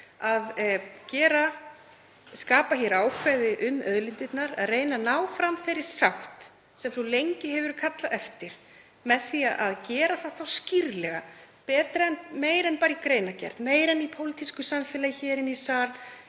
að skapa hér ákvæði um auðlindirnar, að reyna að ná fram þeirri sátt sem svo lengi hefur verið kallað eftir, með því að gera það þá skýrt, meira en bara í greinargerð, meira en í pólitísku samfélagi hér inni í sal